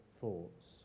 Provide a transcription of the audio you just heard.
thoughts